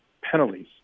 penalties